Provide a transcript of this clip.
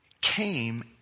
came